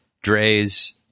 Dre's